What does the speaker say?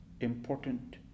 important